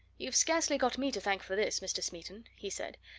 you've scarcely got me to thank for this, mr. smeaton, he said.